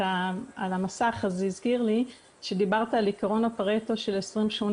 --- על המסך אז זה הזכיר לי שדיברת על עקרון הפרטו של 20-80